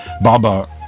Baba